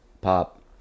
pop